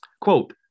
Quote